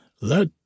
Let